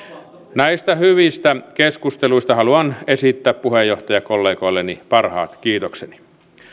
näistä hyvistä keskusteluista haluan esittää puheenjohtajakollegoilleni parhaat kiitokseni